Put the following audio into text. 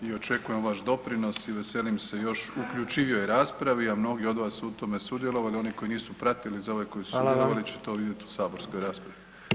I očekujem vaš doprinos i veselim se još uključivijoj raspravi, a mnogi od vas su u tome sudjelovali, oni koji nisu pratili za ove koji su sudjelovali će to vidjeti [[Upadica: Hvala vam.]] u saborskoj raspravi.